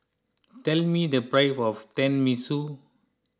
tell me the price of Tenmusu